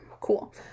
cool